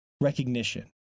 recognition